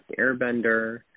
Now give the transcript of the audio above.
Airbender